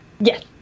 Yes